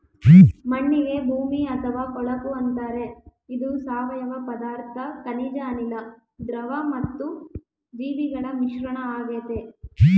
ಮಣ್ಣಿಗೆ ಭೂಮಿ ಅಥವಾ ಕೊಳಕು ಅಂತಾರೆ ಇದು ಸಾವಯವ ಪದಾರ್ಥ ಖನಿಜ ಅನಿಲ, ದ್ರವ ಮತ್ತು ಜೀವಿಗಳ ಮಿಶ್ರಣ ಆಗೆತೆ